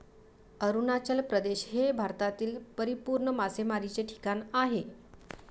अरुणाचल प्रदेश हे भारतातील परिपूर्ण मासेमारीचे ठिकाण आहे